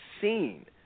seen